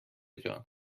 جان